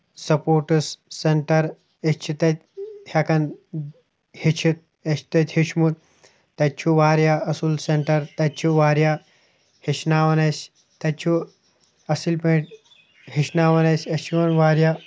sports centre أسۍ چھِ تَتہِ ہٮ۪کان ہٮ۪چھِتھ اسہ چھُ تتہِ ہٮ۪چھمُت تَتہِ چھُ واریاہ اَصٕل سینٹر تَتہِ چھِ واریاہ ہٮ۪چھناوان اَسہِ تَتہِ چھُ اَصٕل پٲٹھۍ ہٮ۪چھناوان اَسہِ اَسہِ چھُ یِوان واریاہ